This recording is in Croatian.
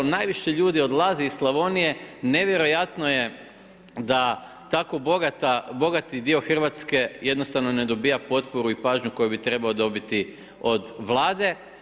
Najviše ljudi odlazi iz Slavonije, nevjerojatno je da tako bogati dio Hrvatske, jednostavno ne dobiva potporu i pažnju koju bi trebao dobiti od Vlade.